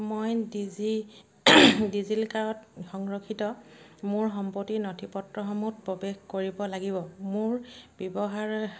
মই ডিজি ডিজিলকাৰত সংৰক্ষিত মোৰ সম্পত্তিৰ নথিপত্ৰসমূহত প্ৰৱেশ কৰিব লাগিব মোৰ ব্যৱহাৰ